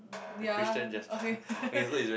ya okay